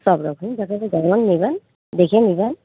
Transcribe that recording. সবরকমই দেখাতে পারব ওই নেবেন দেখে নেবেন